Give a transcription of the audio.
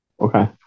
Okay